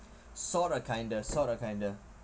sort of kind of sort of kind of